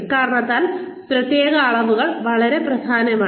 ഇക്കാരണത്താൽ പ്രകടന അളവുകൾ വളരെ പ്രധാനമാണ്